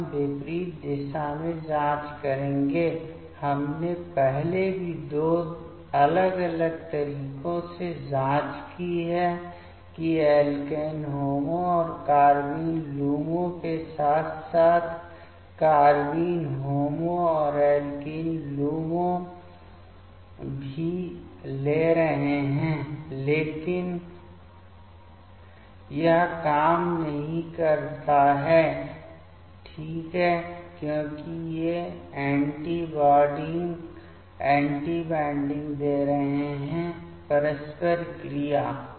अब हम विपरीत दिशा में जाँच करेंगे हमने पहले भी दो अलग अलग तरीकों से जाँच की है कि एल्केन HOMO और कार्बाइन LUMO के साथ साथ कार्बाइन HOMO और alkene LUMO भी ले रहे हैं लेकिन यह काम नहीं करता है ठीक है क्योंकि ये एंटी बॉन्डिंग दे रहे हैं परस्पर क्रिया